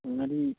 ꯉꯥꯔꯤ